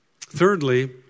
Thirdly